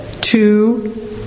Two